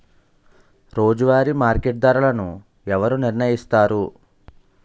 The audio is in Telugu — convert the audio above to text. రోజువారి మార్కెట్ ధరలను ఎవరు నిర్ణయిస్తారు?